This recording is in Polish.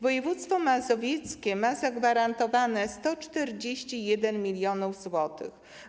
Województwo mazowieckie ma zagwarantowane 141 mln zł.